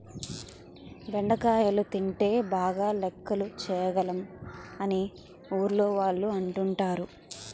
బెండకాయలు తింటే బాగా లెక్కలు చేయగలం అని ఊర్లోవాళ్ళు అంటుంటారు